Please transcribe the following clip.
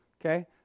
okay